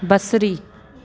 बसरी